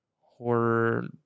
horror